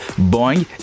Boing